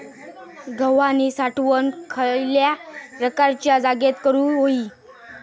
गव्हाची साठवण खयल्या प्रकारच्या जागेत करू होई?